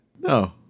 No